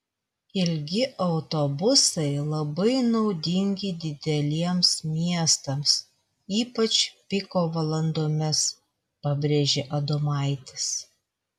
ilgi autobusai labai naudingi dideliems miestams ypač piko valandomis pabrėžė adomaitis